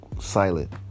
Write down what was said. silent